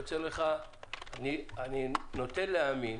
אני נוטה להאמין